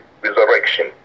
resurrection